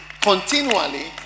continually